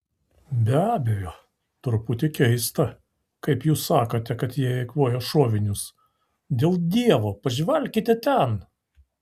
be abejo truputį keista kaip jūs sakote kad jie eikvoja šovinius dėl dievo pažvelkite ten